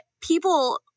people